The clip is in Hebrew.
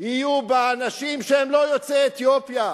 יהיו בה אנשים שהם לא יוצאי אתיופיה,